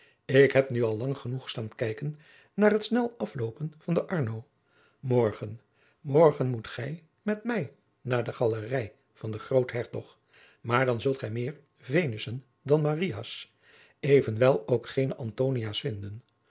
ik heb nu al lang genoeg staan kijken naar het snel afloopen van de arno morgen morgen moet gij met mij naar de galerij van den groothertog maar dan zult gij meer venussen dan maria's evenwel ook geene antonia's vinden